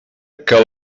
que